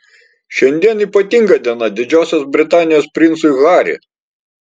šiandien ypatinga diena didžiosios britanijos princui harry